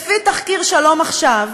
לפי תחקיר "שלום עכשיו",